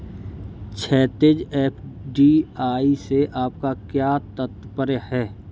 क्षैतिज, एफ.डी.आई से आपका क्या तात्पर्य है?